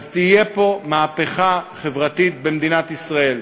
תהיה מהפכה חברתית פה, במדינת ישראל.